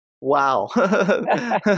wow